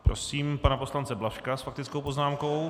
Prosím pana poslance Blažka s faktickou poznámkou.